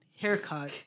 haircut